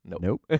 nope